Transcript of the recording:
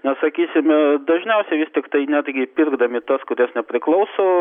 na sakysime dažniausiai vis tiktai netgi pirkdami tas kurias nepriklauso